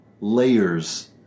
layers